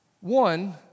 One